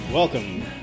Welcome